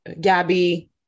Gabby